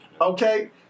Okay